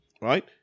right